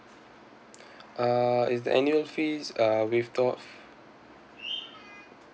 uh is the annual fees uh waived off